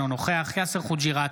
אינו נוכח יאסר חוג'יראת,